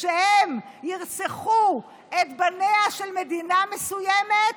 שכשהם ירצחו את בניה של מדינה מסוימת,